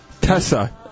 Tessa